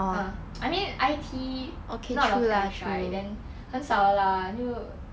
uh I mean I_T_E not a lot of guys right 很少的 lah 就